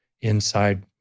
inside